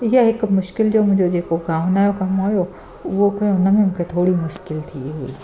इहा हिक मुश्किल जो मुंहिंजो जेको गाउन जो कमु हुओ उहो बि हुन में मूंखे थोरी मुश्किलु थी हुई